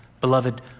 beloved